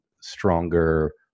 stronger